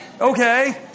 Okay